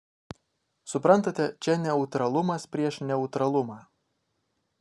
suprantate čia neutralumas prieš neutralumą